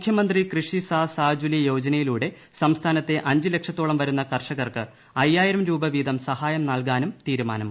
മുഖ്യമന്ത്രി കൃഷി സാ സാജുലി യോജനയിലൂടെ സംസ്ഥാനത്തെ അഞ്ച് ലക്ഷത്തോളം വരുന്ന കർഷകർക്ക് അയ്യായിരം രൂപ വീതം സഹായം നൽകാനും തീരുമാനമായി